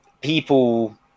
people